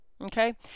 okay